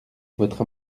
votre